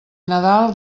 nadal